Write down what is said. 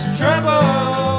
trouble